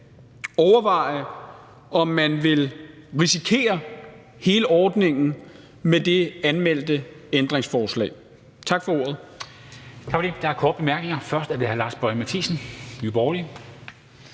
overveje, om man vil risikere hele ordningen med det anmeldte ændringsforslag. Tak for ordet.